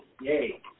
Yay